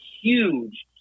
huge